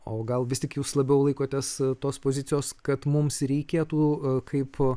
o gal vis tik jūs labiau laikotės tos pozicijos kad mums reikėtų kaip